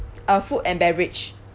uh food and beverage